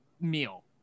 meal